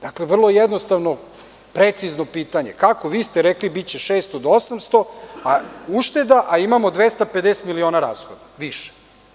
Dakle, vrlo jednostavno, precizno pitanje – kako ste vi rekli da će biti od 600 do 800 ušteda, a imamo 250 miliona rashoda više?